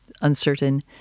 uncertain